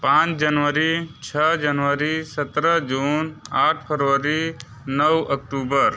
पाँच जनवरी छः जनवरी सत्रह जून आठ फरवरी नौ अक्टूबर